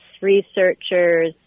researchers